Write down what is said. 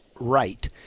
right